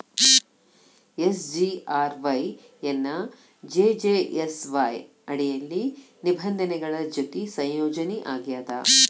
SGRY ಎನ್ನಾ JGSY ಅಡಿಯಲ್ಲಿ ನಿಬಂಧನೆಗಳ ಜೊತಿ ಸಂಯೋಜನಿ ಆಗ್ಯಾದ